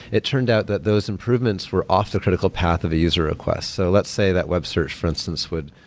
it turned out that those improvements were off the critical path of a user request. so let's say that web search for instance would,